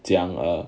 怎样 err